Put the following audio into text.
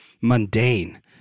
mundane